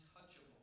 untouchable